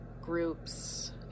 groups